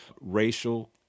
racial